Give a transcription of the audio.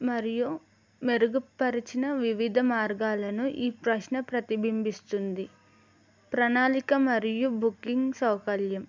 మరియు మెరుగుపరచిన వివిధ మార్గాలను ఈ ప్రశ్న ప్రతిబింబిస్తుంది ప్రణాళిక మరియు బుకింగ్ సౌకల్యర్యం